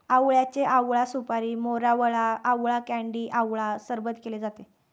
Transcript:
आवळ्याचे आवळा सुपारी, मोरावळा, आवळा कँडी आवळा सरबत केले जाते